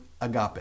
agape